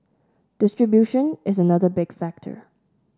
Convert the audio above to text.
distribution is another big factor